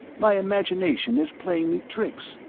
my imagination is playing me tricks.